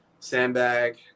Sandbag